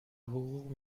حقوق